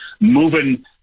moving